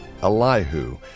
Elihu